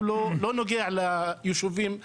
הוא לא נוגע ליישובים האלה.